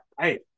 Hey